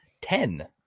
ten